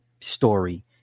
story